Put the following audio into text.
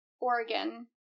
Oregon